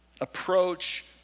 approach